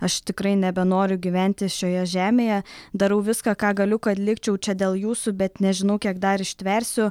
aš tikrai nebenoriu gyventi šioje žemėje darau viską ką galiu kad likčiau čia dėl jūsų bet nežinau kiek dar ištversiu